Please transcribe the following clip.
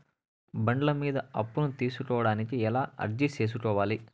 బండ్ల మీద అప్పును తీసుకోడానికి ఎలా అర్జీ సేసుకోవాలి?